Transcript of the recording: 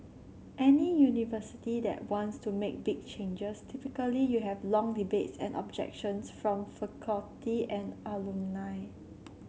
any university that wants to make big changes typically you have long debates and objections from faculty and alumni